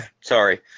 sorry